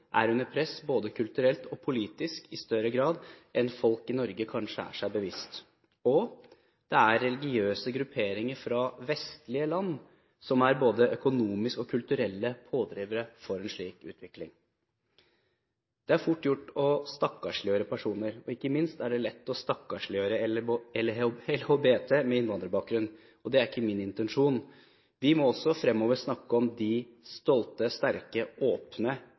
er under press både kulturelt og politisk i større grad enn folk i Norge kanskje er seg bevisst, og det er religiøse grupperinger fra vestlige land som er både økonomiske og kulturelle pådrivere for en slik utvikling. Det er fort gjort å stakkarsliggjøre personer. Ikke minst er det lett å stakkarsliggjøre LHBT-personer med innvandrerbakgrunn. Det er ikke min intensjon. Vi må også fremover snakke om de stolte, sterke og åpne